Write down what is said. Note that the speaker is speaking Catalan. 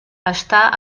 està